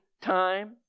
time